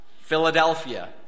Philadelphia